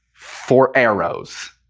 for arrows.